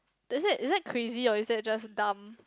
does it is it crazy or is that just dumb